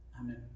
Amen